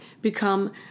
become